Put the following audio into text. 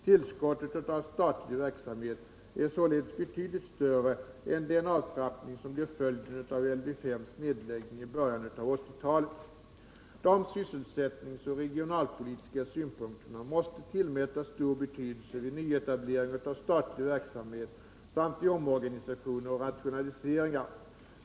Tillskottet av statlig verksamhet är således betydligt större än den avtrappning som blir följden av Lv 5:s nedläggning i början av 1980-talet. De sysselsättningsoch regionpolitiska synpunkterna måste tillmätas stor betydelse vid nyetablering av statlig verksamhet samt vid omorganisationer och rationaliseringar.